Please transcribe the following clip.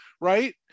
right